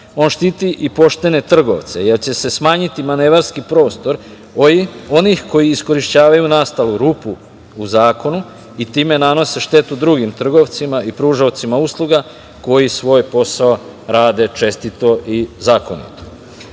on štiti i poštene trgovce, jer će se smanjiti manevarskih prostor onih koji iskorišćavaju nastalu rupu u zakonu i time nanose štetu drugim trgovcima i pružaocima usluga koji svoj posao rade čestito i zakonito.